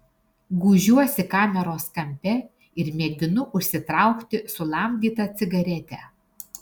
gūžiuosi kameros kampe ir mėginu užsitraukti sulamdytą cigaretę